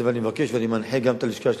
ואני מבקש ואני מנחה גם את הלשכה שלי,